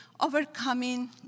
overcoming